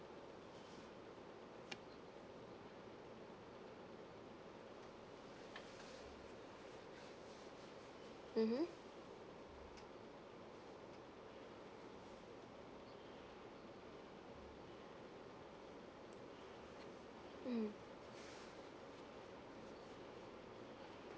mmhmm mm